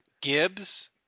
Gibbs